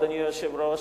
אדוני היושב-ראש,